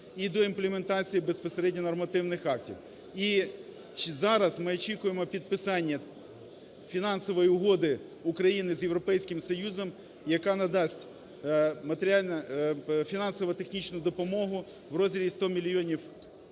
і до імплементації безпосередньо нормативних актів, і зараз ми очікуємо підписання фінансової угоди України з Європейським Союзом, яка надасть фінансово-технічну допомогу в розмірі 100 мільйонів